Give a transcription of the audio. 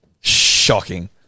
Shocking